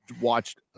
watched